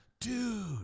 Dude